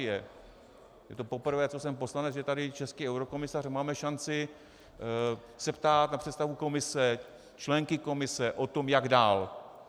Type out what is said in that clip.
Je to poprvé, co jsem poslanec, že je tady český eurokomisař, že máme šanci se ptát na představu Komise, členky Komise, o tom, jak dál.